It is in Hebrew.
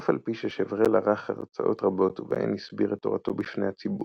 אף על פי ששוורל ערך הרצאות רבות ובהן הסביר את תורתו בפני הציבור,